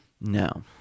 No